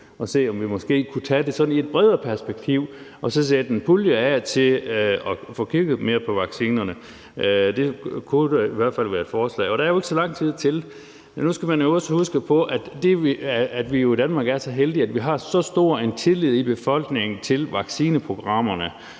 og se, om vi måske kunne tage det sådan i et bredere perspektiv og så sætte en pulje af til at få kigget mere på vaccinerne. Det kunne da i hvert fald være et forslag. Og der er jo ikke så lang tid til. Men nu skal man jo også huske på, at det, at vi i Danmark er så heldige, at vi har så stor en tillid i befolkningen til vaccineprogrammerne